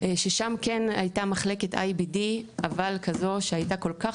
ששם כן הייתה מחלקת IBD אבל כזו שהייתה כל כך